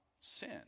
sin